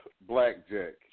blackjack